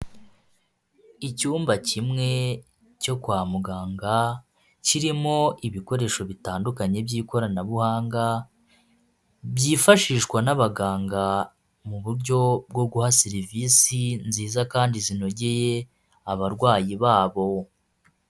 Icyumba kimwe cyo kwa muganga kirimo ibikoresho bitandukanye by'ikoranabuhanga, byifashishwa n'abaganga mu buryo bwo guha serivisi nziza kandi zinogeye abarwayi babo.